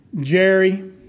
Jerry